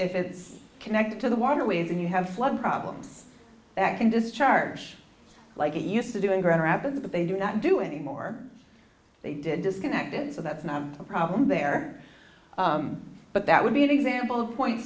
if it's connected to the waterways and you have flood problems that can discharge like he used to do in grand rapids that they do not do anymore they did disconnected so that's not a problem there but that would be an example of point